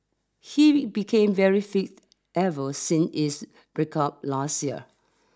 he became very fit ever since his breakup last year